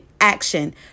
action